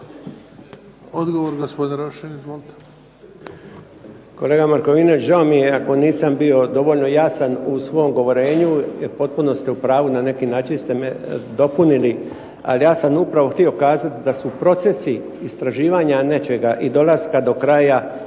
Odgovor gospodin Rošin, izvolite.